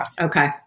Okay